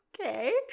okay